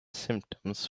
symptoms